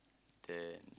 that